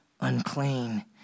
unclean